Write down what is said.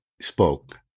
spoke